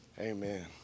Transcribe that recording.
Amen